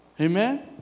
Amen